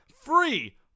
free